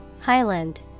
Highland